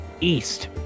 east